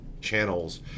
channels